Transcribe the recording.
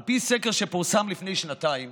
על פי סקר שפורסם לפני שנתיים